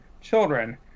children